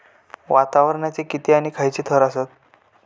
वातावरणाचे किती आणि खैयचे थर आसत?